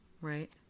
right